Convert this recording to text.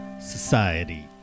society